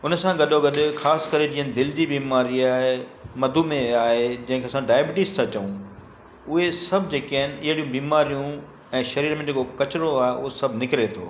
उन सां गॾो गॾु ख़ासि करे जीअं दिलि जी बीमारी आहे मधुमेह आहे जंहिंखें असां डायबिटीज़ था चऊं उहे सभु जेके आहिनि अहिड़ियूं बीमारियूं ऐं शरीर में जेको कचिरो आहे उहो सभु निकिरे थो